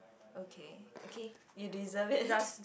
okay okay you deserve it